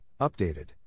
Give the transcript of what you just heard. updated